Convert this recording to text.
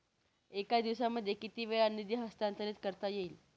एका दिवसामध्ये किती वेळा निधी हस्तांतरीत करता येईल?